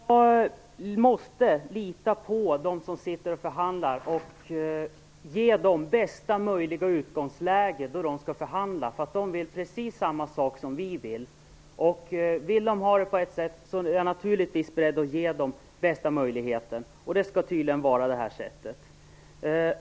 Fru talman! Jag måste lita på dem som förhandlar och ge dem bästa möjliga utgångsläge. De vill precis samma sak som vi. Vill de ha det på ett visst sätt är jag naturligtvis beredd att ge dem den bästa möjligheten. Det skall tydligen vara det här sättet.